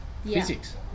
physics